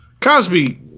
Cosby